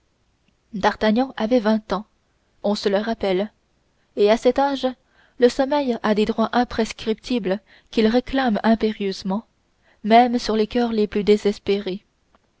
d'artagnan avait vingt ans on se le rappelle et à cet âge le sommeil a des droits imprescriptibles qu'il réclame impérieusement même sur les coeurs les plus désespérés